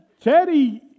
Teddy